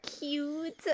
cute